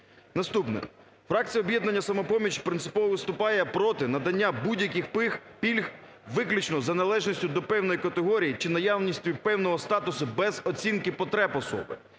Наступне. Фракція "Об'єднання "Самопоміч" принципово виступає проти надання будь-яких пільг виключно за належністю до певної категорії чи наявності певного статусу без оцінки потреб особи.